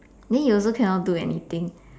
then you also cannot do anything